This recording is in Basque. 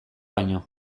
baino